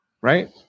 right